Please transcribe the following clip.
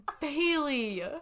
Bailey